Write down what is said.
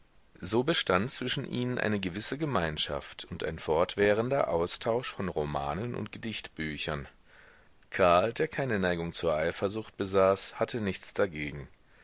so bestand zwischen ihnen eine gewisse gemeinschaft und ein fortwährender austausch von romanen und gedichtbüchern karl der keine neigung zur eifersucht besaß hatte nichts dagegen